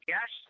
Yes